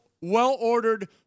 well-ordered